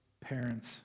parents